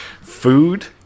food